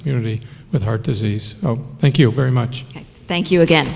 community with heart disease thank you very much thank you again